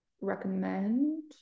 recommend